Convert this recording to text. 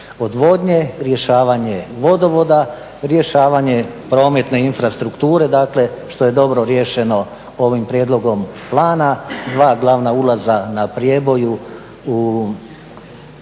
odvodnje, rješavanje vodovoda, rješavanje prometne infrastrukture dakle što je dobro riješeno ovim prijedlogom plana. Dva glavna ulaza na prijeboju u